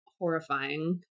horrifying